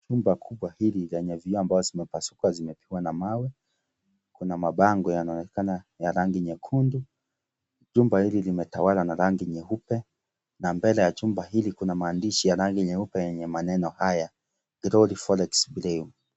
Jumba kubwa hili lenye vioo ambazo zimepasuka zimepigwa na mawe, kuna mabango yanaonekana ya rangi nyekundu, jumba hili limetawalwa na rangi nyeupe, na mbele ya jumba hili kuna maandishi ya rangi nyeupe yenye maneno haya, Glory Forex Bureau .